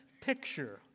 picture